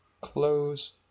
Close